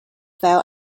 fell